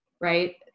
Right